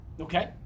Okay